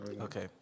Okay